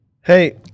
Hey